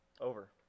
over